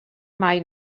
mai